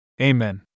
Amen